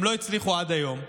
הם לא הצליחו עד היום,